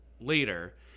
later